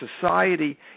society